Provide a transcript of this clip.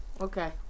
Okay